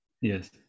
Yes